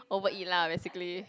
overeat lah basically